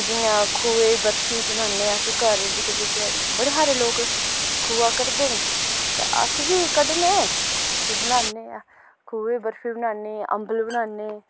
जियां खोऐ दी बरफी बनान्ने अस घर जेह्के जेह्के बड़े हारे लोक खोआ कड्ढदे न ते अस बी कड्ढने ते बनान्ने ऐ खोऐ दी बरफी बनानी अंबल बनान्ने